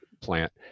plant